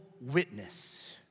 witness